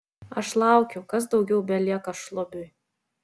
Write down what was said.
aš laukiu kas daugiau belieka šlubiui